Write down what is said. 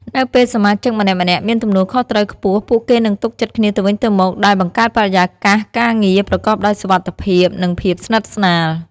នៅពេលសមាជិកម្នាក់ៗមានទំនួលខុសត្រូវខ្ពស់ ពួកគេនឹងទុកចិត្តគ្នាទៅវិញទៅមក ដែលបង្កើតបរិយាកាសការងារប្រកបដោយសុវត្ថិភាព និងភាពស្និទ្ធស្នាល។